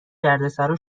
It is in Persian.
دردسرا